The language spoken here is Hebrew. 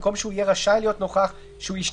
במקום שהוא יהיה "רשאי להיות נוכח" נאמר "הוא ישתתף".